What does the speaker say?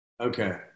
okay